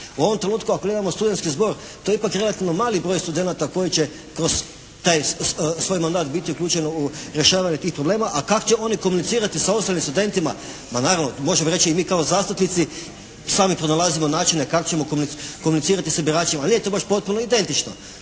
U ovom trenutku ako nemamo studentski zbor to je ipak relativno mali broj studenata koji će kroz taj svoj mandat biti uključeni u rješavanje tih problema, a kako će oni komunicirati sa ostalim studentima. Ma naravno tu možemo reći i mi kao zastupnici sami pronalazimo načine kako ćemo komunicirati sa biračima, ali nije to baš potpuno identično.